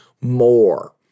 more